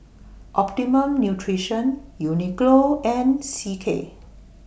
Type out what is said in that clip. Optimum Nutrition Uniqlo and C K